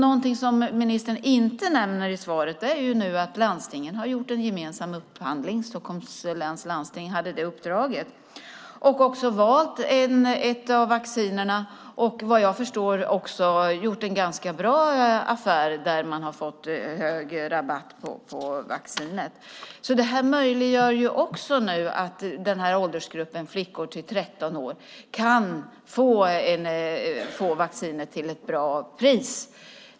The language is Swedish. Någonting som ministern inte nämner i svaret är att landstingen har gjort en gemensam upphandling - Stockholms läns landsting hade det uppdraget - och också valt ett av vaccinerna. Såvitt jag vet har man gjort en ganska bra affär där man har fått hög rabatt på vaccinet. Detta möjliggör också att flickor i åldersgruppen 13-18 år kan få vaccinet till ett bra pris.